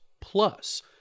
Plus